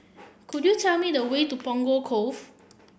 could you tell me the way to Punggol Cove